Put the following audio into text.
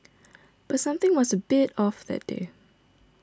but something was a bit off that day